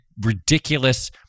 ridiculous